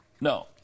no